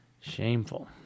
Shameful